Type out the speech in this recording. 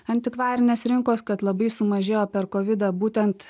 antikvarinės rinkos kad labai sumažėjo per kovidą būtent